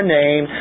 name